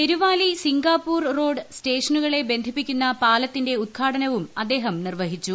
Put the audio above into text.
തെരുവാലി Singapore road സ്റ്റേഷനുകളെ ബന്ധിപ്പിക്കുന്ന പാലത്തിന്റെ ഉദ്ഘാടനവും അദ്ദേഹം നിർവ്വഹിച്ചു